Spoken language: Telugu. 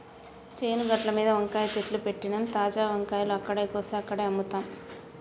చేను గట్లమీద వంకాయ చెట్లు పెట్టినమ్, తాజా వంకాయలు అక్కడే కోసి అక్కడే అమ్ముతాం